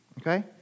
okay